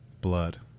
Blood